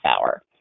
hour